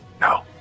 No